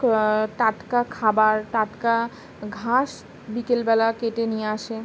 টাটকা খাবার টাটকা ঘাস বিকেলবেলা কেটে নিয়ে আসে